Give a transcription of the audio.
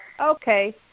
Okay